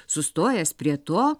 sustojęs prie to